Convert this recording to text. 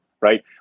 right